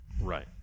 Right